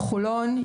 חולון,